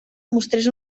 mostrés